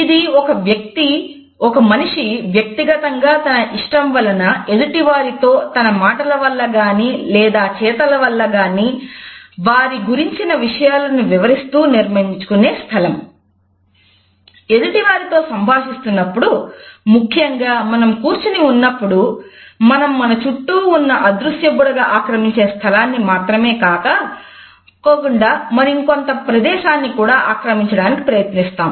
ఇది ఒక మనిషి వ్యక్తిగతంగా తన ఇష్టం వలన ఎదుటి వారితో తన మాటల వల్ల గాని లేదా చేతల వల్లగానివారి గురించిన విషయాలను వివరిస్తూ నిర్మించుకునే స్థలం ఎదుటి వారితో సంభాషిస్తున్నప్పుడు ముఖ్యంగా మనం కూర్చునిఉన్నప్పుడు మనం మన చుట్టూ ఉన్న అదృశ్యం బుడగ ఆక్రమించే స్థలాన్ని మాత్రమే కాకుండా మరికొంత ప్రదేశాన్ని కూడా ఆక్రమించడానికి ప్రయత్నిస్తాం